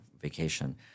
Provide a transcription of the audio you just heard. vacation